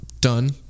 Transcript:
done